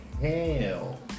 hell